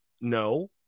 No